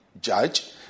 judge